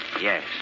Yes